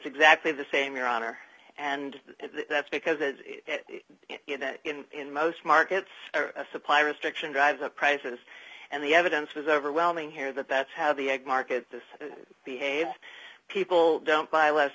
exactly the same your honor and that's because as you know in most markets a supply restriction drives up prices and the evidence was overwhelming here that that's how the market this behavior people don't buy less